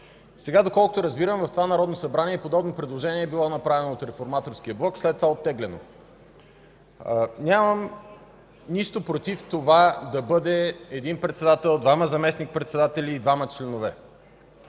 Сега, доколкото разбирам, в това Народно събрание подобно предложение е било направено от Реформаторския блок, след това оттеглено. Нямам нищо против това да бъде един председател, двама заместник-председатели и двама членове.